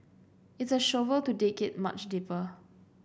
it's a shovel to dig it much deeper